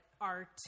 art